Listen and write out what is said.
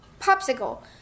popsicle